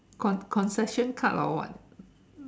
con concession card or what